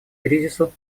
кризису